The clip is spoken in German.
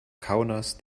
kaunas